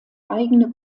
eigene